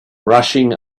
rushing